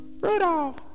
Rudolph